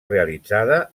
realitzada